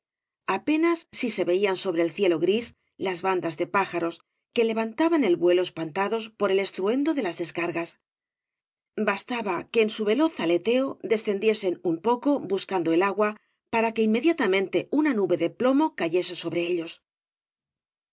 apenas si se veían sobre el cielo gris las bandas de pájaros que levantaban el vuelo espantados por el estruendo de las descargas bastaba que en su veloz aleteo descendiesen un poco buscando el agua para que inmediatamente una nube de plomo cayese sobre ellos